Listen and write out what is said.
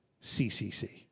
CCC